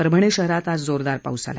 परभणी शहरात आज जोरदार पाऊस झाला